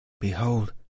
Behold